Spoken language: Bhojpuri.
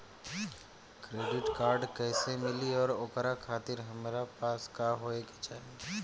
क्रेडिट कार्ड कैसे मिली और ओकरा खातिर हमरा पास का होए के चाहि?